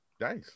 Nice